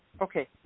Okay